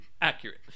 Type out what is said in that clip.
Accurate